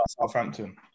Southampton